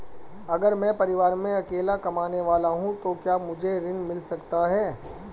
अगर मैं परिवार में अकेला कमाने वाला हूँ तो क्या मुझे ऋण मिल सकता है?